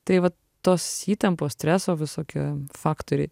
tai vat tos įtampos streso visoki faktoriai